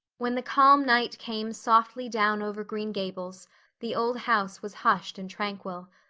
when the calm night came softly down over green gables the old house was hushed and tranquil.